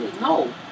No